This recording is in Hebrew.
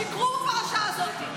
שיקרו בפרשה הזאת.